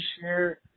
share